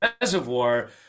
reservoir